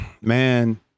Man